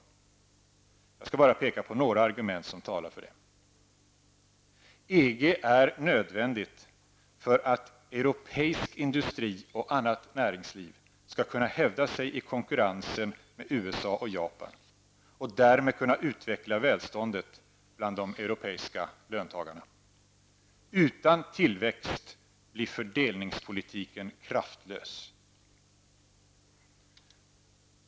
Jag skall bara peka på några argument som talar för det. -- EG är nödvändigt för att europeisk industri och annat näringsliv skall kunna hävda sig i konkurrensen med USA och Japan och därmed kunna utveckla välståndet bland de europeiska löntagarna. Utan tillväxt blir fördelningspolitiken kraftlös.